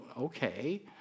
okay